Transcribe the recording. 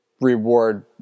reward